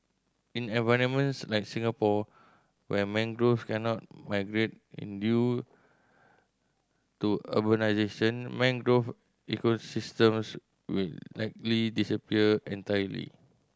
in environments like Singapore where mangroves cannot migrate in due to urbanisation mangrove ecosystems will likely disappear entirely